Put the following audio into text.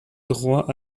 droit